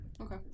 Okay